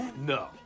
No